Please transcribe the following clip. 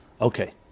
Okay